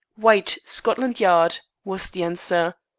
white, scotland yard, was the answer.